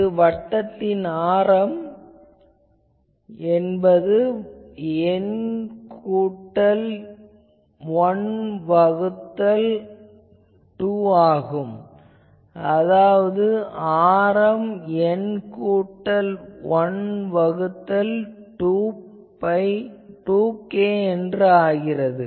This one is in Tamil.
இந்த வட்டத்தின் ஆரம் என்பது N கூட்டல் 1 வகுத்தல் 2 ஆகும் அதாவது ஆரம் N கூட்டல் 1 வகுத்தல் 2 k ஆகிறது